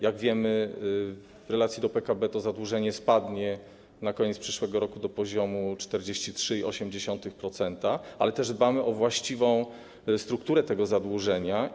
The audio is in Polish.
Jak wiemy, w relacji do PKB to zadłużenie spadnie na koniec przyszłego roku do poziomu 43,8%, ale też dbamy o właściwą strukturę tego zadłużenia.